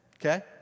Okay